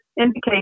indicate